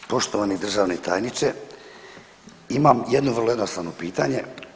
Poštovani državni tajniče imam jedno vrlo jednostavno pitanje.